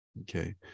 Okay